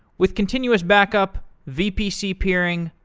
with continuous back-up, vpc peering,